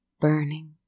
Burning